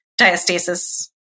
diastasis